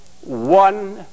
one